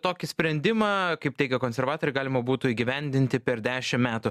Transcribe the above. tokį sprendimą kaip teigia konservatoriai galima būtų įgyvendinti per dešim metų